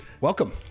welcome